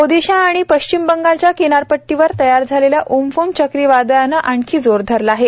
ओदिशा आणि पश्चिम बंगालच्या किनारपट्टीवर तयार झालेल्या उम्फून चक्रीवादळानं आणखी जोर धरला आहे